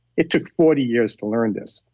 it took forty years to learn this,